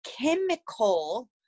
chemical